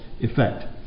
effect